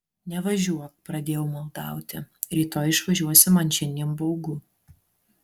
nevažiuok pradėjau maldauti rytoj išvažiuosi man šiandien baugu